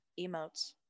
emotes